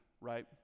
right